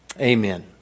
Amen